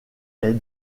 est